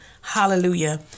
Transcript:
Hallelujah